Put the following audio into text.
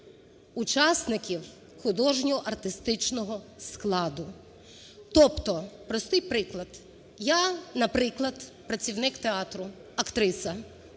учасників художньо-артистичного складу, тобто… простий приклад. Я, наприклад, працівник театру, актриса,